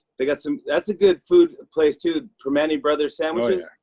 they got some that's a good food place, too. primanti brothers sandwiches?